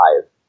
five